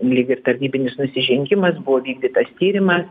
lyg ir tarnybinis nusižengimas buvo vykdytas tyrimas